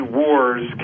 wars